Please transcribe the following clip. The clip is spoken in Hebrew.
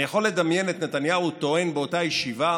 אני יכול לדמיין את נתניהו טוען באותה ישיבה: